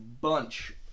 bunch